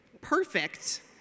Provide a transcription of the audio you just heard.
Perfect